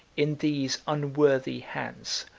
in these unworthy hands,